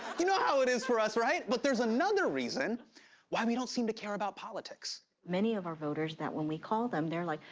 you know how it is for us, right? but there's another reason why we don't seem to about politics. many of our voters that when we call them, they're like,